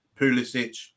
Pulisic